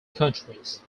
countries